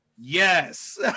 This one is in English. yes